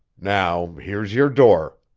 now, here's your door.